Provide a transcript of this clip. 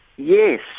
Yes